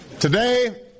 Today